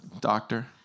doctor